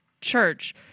church